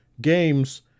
games